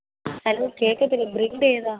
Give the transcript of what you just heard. hello കേൾക്കില്ല breed ഏതാണ്